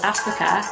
Africa